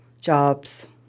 jobs